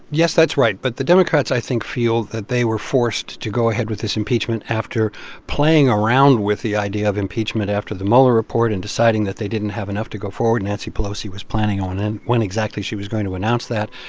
yes, that's right. but the democrats, i think, feel that they were forced to go ahead with this impeachment after playing around with the idea of impeachment after the mueller report and deciding that they didn't have enough to go forward. nancy pelosi was planning on and when exactly she was going to announce that.